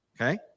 Okay